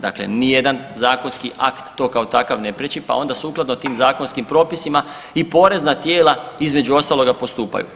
Dakle, ni jedan zakonski akt to kao takav ne prijeći pa onda sukladno tim zakonskim propisima i porezna tijela između ostaloga postupaju.